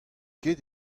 ket